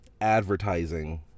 advertising